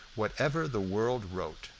whatever the world wrote,